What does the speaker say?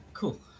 Cool